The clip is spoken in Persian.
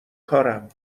کارم